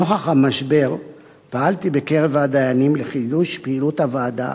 נוכח המשבר פעלתי בקרב הדיינים לחידוש פעילות הוועדה,